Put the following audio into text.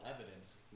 evidence